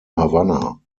havanna